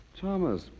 Thomas